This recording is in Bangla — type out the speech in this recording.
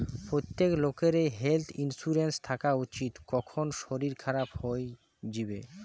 প্রত্যেক লোকেরই হেলথ ইন্সুরেন্স থাকা উচিত, কখন শরীর খারাপ হই যিবে